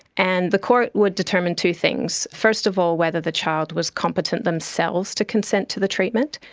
and the court would determine two things, first of all whether the child was competent themselves to consent to the treatment,